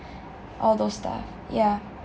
all those stuff ya